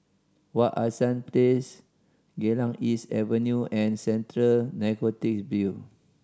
Wak Hassan Place Geylang East Avenue and Central Narcotic Bureau